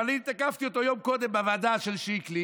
אבל אני תקפתי אותו יום קודם בוועדה של שיקלי,